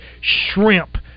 shrimp